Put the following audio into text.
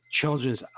Children's